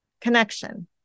connection